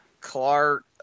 Clark